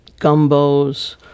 gumbos